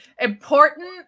important